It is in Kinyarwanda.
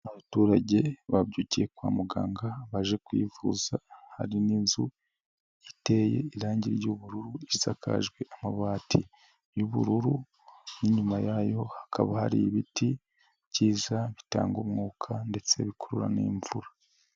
Abaturage babyukiye kwa muganga, baje kwivuza, hari n'inzu iteye irangi ry'ubururu, isakaje amabati y'ubururu, n'inyuma yayo hakaba hari ibiti byiza, bitanga umwuka ndetse bikurura n'imvura.